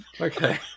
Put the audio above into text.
Okay